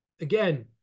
again